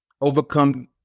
overcome